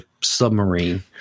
submarine